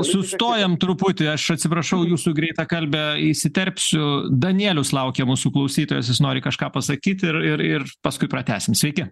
sustojam truputį aš atsiprašau į jūsų greitakalbe įsiterpsiu danielius laukia mūsų klausytojas jis nori kažką pasakyti ir ir ir paskui pratęsim sveiki